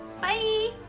Bye